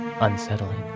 unsettling